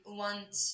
want